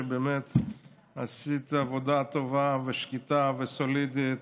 באמת עשית עבודה טובה ושקטה וסולידית,